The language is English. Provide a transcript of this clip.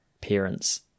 parents